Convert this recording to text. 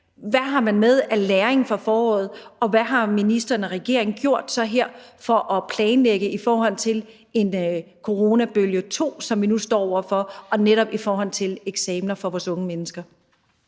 Hvad har man med af læring fra foråret? Og hvad har ministeren og regeringen så gjort her for at planlægge i forhold til en coronabølge 2, som vi nu står over for, og netop i forhold til eksamener for vores unge mennesker?